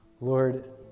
Lord